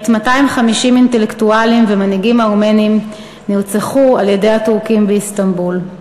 עת 250 אינטלקטואלים ומנהיגים ארמנים נרצחו על-ידי הטורקים באיסטנבול.